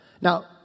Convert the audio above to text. Now